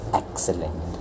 excellent